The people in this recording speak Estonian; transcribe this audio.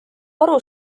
aru